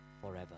forever